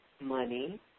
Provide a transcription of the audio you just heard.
money